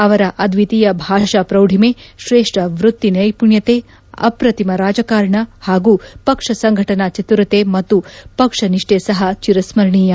ಅವರ ಅದ್ಡಿತೀಯ ಭಾಷಾ ಪೌಢಿಮೆ ಶ್ರೇಷ್ಟ ವೃತ್ತಿ ನ್ನೆಪುಣ್ಣತೆ ಅಪ್ರತಿಮ ರಾಜಕಾರಣ ಹಾಗೂ ಪಕ್ಷ ಸಂಘಟನಾ ಚತುರತೆ ಮತ್ತು ಪಕ್ಷನಿಷ್ಠೆ ಸಹ ಚಿರಸ್ತರಣೀಯ